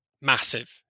massive